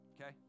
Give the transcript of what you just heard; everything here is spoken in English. Okay